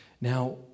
Now